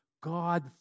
God